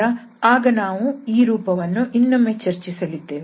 ಆದ್ದರಿಂದ ಆಗ ನಾವು ಈ ರೂಪವನ್ನು ಇನ್ನೊಮ್ಮೆ ಚರ್ಚಿಸಲಿದ್ದೇವೆ